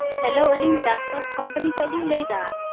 hello ᱟᱹᱞᱤᱧ ᱪᱟᱥᱵᱟᱥ company ᱠᱷᱚᱱᱞᱤᱧ ᱞᱟᱹᱭᱮᱫᱟ